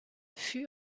fut